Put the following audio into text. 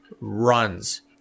runs